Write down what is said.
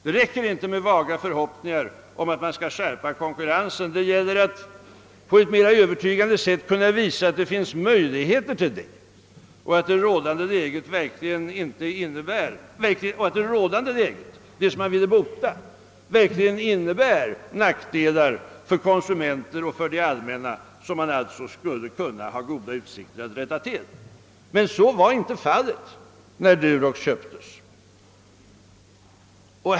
Det räcker inte med vaga förhoppningar om att man skall skärpa konkurrensen, det gäller att på ett mera övertygande sätt kunna visa att det finns möjligheter till det och att det rådande läget — det som man ville förbättra — verkligen innebär nackdelar för konsumenter och för det allmänna, nackdelar som man alltså skulle kunna ha goda utsikter att rätta till. Så var inte fallet när Durox köptes.